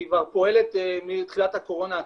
היא כבר פועלת מתחילת הקורונה ,